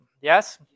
Yes